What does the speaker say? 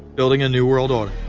building a new world order.